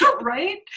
Right